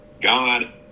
God